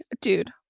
Dude